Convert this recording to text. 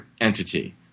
entity